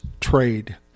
trade